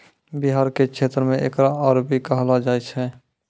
बिहार के क्षेत्र मे एकरा अरबी कहलो जाय छै